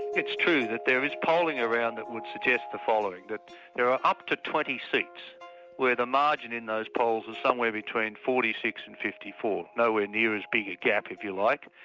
it's true that there is polling around that would suggest the following that there are up to twenty seats where the margin in those polls is somewhere between forty six and fifty four, nowhere near as big a gap if you like,